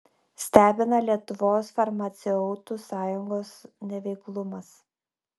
stebina lietuvos farmaceutų sąjungos neveiklumas